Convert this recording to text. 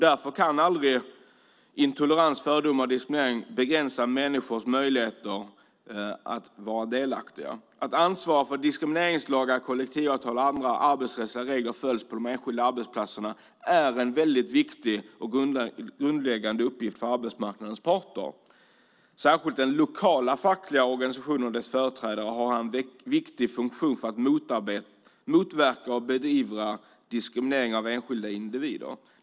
Därför kan aldrig intolerans, fördomar och diskriminering få begränsa människors möjligheter att vara delaktiga. Ansvaret för att diskrimineringslagar, kollektivavtal och andra arbetsrättsliga regler följs på de enskilda arbetsplatserna är en viktig och grundläggande uppgift för arbetsmarknadens parter. Särskilt den lokala fackliga organisationen och dess företrädare har en viktig funktion för att motverka och beivra diskriminering av enskilda individer.